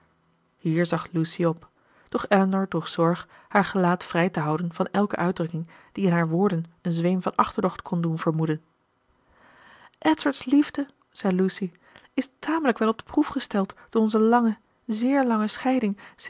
hier zag lucy op doch elinor droeg zorg haar gelaat vrij te houden van elke uitdrukking die in haar woorden een zweem van achterdocht kon doen vermoeden edward's liefde zei lucy is tamelijk wel op de proef gesteld door onze lange zeer lange scheiding